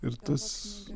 ir tas